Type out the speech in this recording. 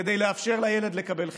כדי לאפשר לילד לקבל חיסון.